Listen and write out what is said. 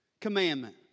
commandment